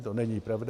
To není pravda.